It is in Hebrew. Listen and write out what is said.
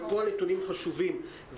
פה הנתונים חשובים.